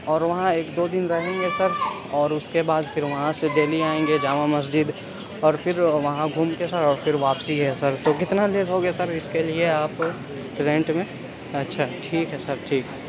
اور وہاں ایک دو دن رہیں گے سر اور اس کے بعد پھر وہاں سے دہلی آئیں گے جامع مسجد اور پھر وہاں گھوم کے سر اور پھر واپسی ہے سر تو کتنا لے لو گے سر اس کے لیے آپ رینٹ میں اچھا ٹھیک ہے سر ٹھیک